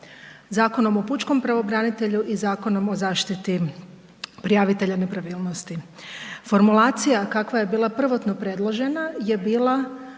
Zakonom o pučkom pravobranitelju i Zakonom o zaštiti prijavitelja nepravilnosti. Formulacija kakva je bila prvotno predložena je bila